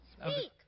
Speak